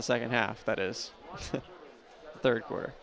the second half that is the third quarter